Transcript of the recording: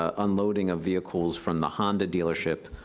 ah unloading of vehicles from the honda dealership,